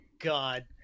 god